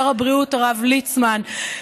שר הבריאות הרב ליצמן,